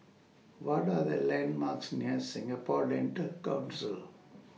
What Are The landmarks near Singapore Dental Council